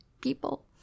people